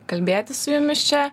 kalbėtis su jumis čia